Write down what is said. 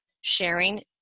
sharing